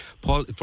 Paul